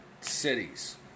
cities